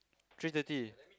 three thirty